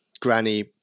granny